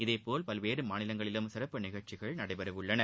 இதேபோல் பல்வேறு மாநிலங்களிலும் சிறப்பு நிகழ்ச்சிகள் நடைபெற உள்ளன